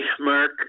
Mark